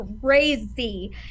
crazy